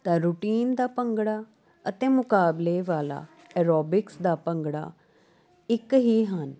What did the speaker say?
ਤਾਂ ਰੂਟੀਨ ਦਾ ਭੰਗੜਾ ਅਤੇ ਮੁਕਾਬਲੇ ਵਾਲਾ ਐਰੋਬਿਕਸ ਦਾ ਭੰਗੜਾ ਇੱਕ ਹੀ ਹਨ